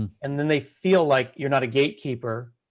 and then they feel like you're not a gatekeeper.